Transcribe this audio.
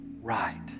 right